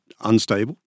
unstable